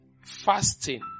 fasting